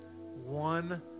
one